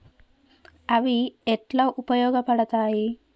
అవి ఎట్లా ఉపయోగ పడతాయి?